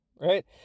right